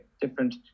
different